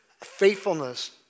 faithfulness